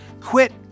quit